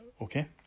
okay